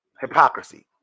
hypocrisy